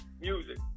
music